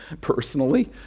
personally